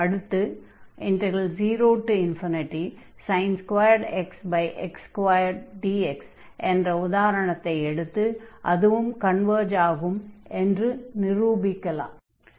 அடுத்தது 0x x2dx என்ற உதாரணத்தை எடுத்து அதுவும் கன்வர்ஜ் ஆகும் என்று நிரூபிக்கலாம்